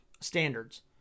standards